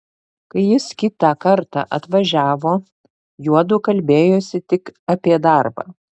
kai jis kitą kartą atvažiavo juodu kalbėjosi tik apie darbą